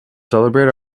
celebrate